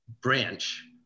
branch